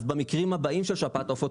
אז במקרים הבאים של שפעת העופות,